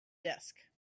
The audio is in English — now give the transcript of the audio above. desk